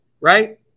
Right